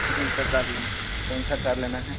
कौनसा कार लेना कौनसा कार लेना है